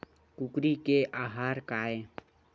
कुकरी के आहार काय?